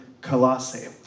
Colossae